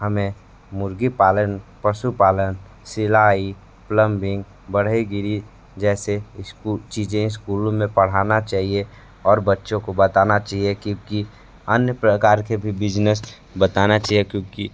हमें मुर्गी पालन पशु पालन सिलाई प्लंबिंग बढ़ईगिरी जैसे चीज़ें स्कूलों में पढ़ाना चाहिए और बच्चों को बताना चाहिए कि अन्य प्रकार के भी बिज़नेस बताना चाहिए क्योंकि